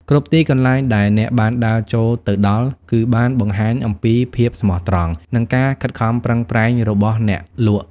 គ្រប់ទីកន្លែងដែលអ្នកបានដើរចូលទៅដល់គឺបានបង្ហាញអំពីភាពស្មោះត្រង់ និងការខិតខំប្រឹងប្រែងរបស់អ្នកលក់។